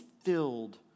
filled